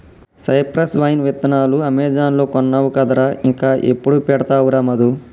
cypress vine విత్తనాలు Amazon లో కొన్నావు కదరా ఇంకా ఎప్పుడు పెడతావురా మధు